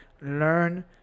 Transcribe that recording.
learn